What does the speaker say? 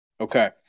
Okay